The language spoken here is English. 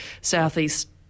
southeast